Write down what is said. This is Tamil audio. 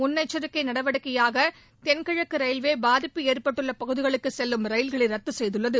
முன்னெச்சரிக்கை நடவடிக்கையாக தென்கிழக்கு ரயில்வே பாதிப்பு ஏற்பட்டுள்ள பகுதிகளுக்குச் செல்லும் ரயில்களை ரத்து செய்துள்ளது